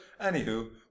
anywho